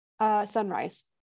Sunrise